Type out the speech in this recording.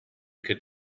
could